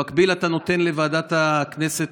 במקביל, אתה נותן לוועדת הכנסת